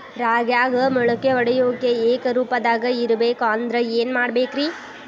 ರಾಗ್ಯಾಗ ಮೊಳಕೆ ಒಡೆಯುವಿಕೆ ಏಕರೂಪದಾಗ ಇರಬೇಕ ಅಂದ್ರ ಏನು ಮಾಡಬೇಕ್ರಿ?